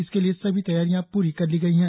इसके लिए सभी तैयारियां प्री कर ली गई है